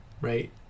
Right